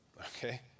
okay